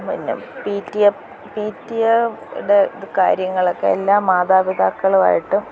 പിന്നെ P T A P T A യുടെ ഇത് കാര്യങ്ങളൊക്കെ എല്ലാ മാതാപിതാക്കളുമായിട്ടും